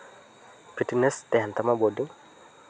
fitness ᱛᱟᱦᱮᱱ ᱛᱟᱢᱟ ᱵᱚᱰᱤ